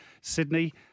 Sydney